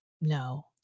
no